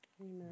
amen